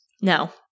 No